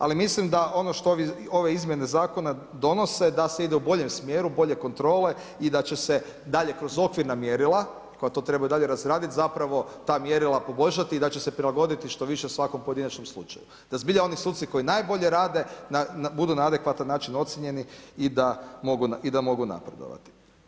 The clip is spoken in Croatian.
Ali mislim da ono što ove izmjene zakona donose da se ide u boljem smjeru bolje kontrole i da će se dalje kroz okvirna mjerila koja to trebaju dalje razraditi zapravo ta mjerila poboljšati i da će se prilagoditi što više svakom pojedinačnom slučaju da zbilja oni suci koji najbolje rade budu na adekvatan način ocijenjeni i da mogu napredovati.